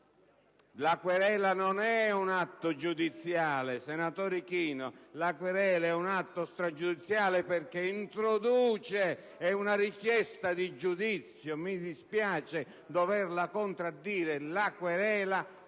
La querela non è un atto giudiziale, senatore Ichino, bensì un atto stragiudiziale, perché introduce: è una richiesta di giudizio. Mi dispiace doverla contraddire. La querela, pur se ne